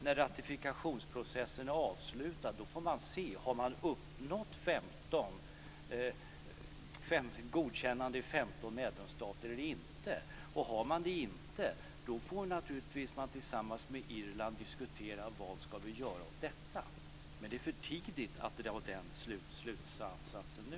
När ratifikationsprocessen sedan är avslutad får vi se om vi har uppnått godkännande av 15 medlemsstater eller inte. Har vi det inte, får vi naturligtvis tillsammans med Irland diskutera vad vi ska göra åt detta. Men det är för tidigt att dra den slutsatsen nu.